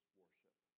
worship